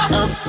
up